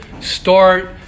start